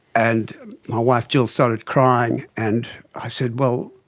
and my wife jill started crying and i said, well,